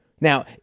Now